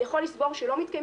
מתנהלים